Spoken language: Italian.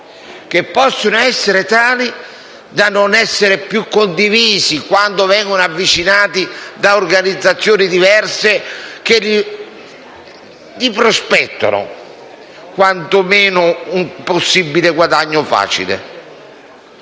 che siano tali da non essere più condivisi quando vengono avvicinati da organizzazioni diverse, che gli prospettano quanto meno un possibile guadagno facile.